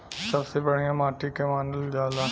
सबसे बढ़िया माटी के के मानल जा?